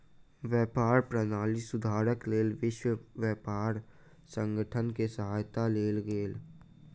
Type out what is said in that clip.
व्यापार प्रणाली सुधारक लेल विश्व व्यापार संगठन के सहायता लेल गेल